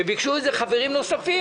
וביקשו את זה חברים נוספים.